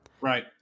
right